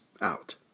out